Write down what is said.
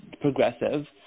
progressive